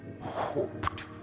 hoped